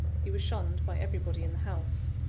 he was shunned by everybody in the house.